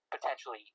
Potentially